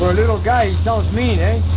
little guy, he sounds mean, ah? a